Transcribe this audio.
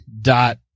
dot